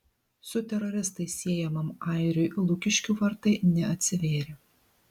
su teroristais siejamam airiui lukiškių vartai neatsivėrė